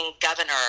governor